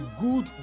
good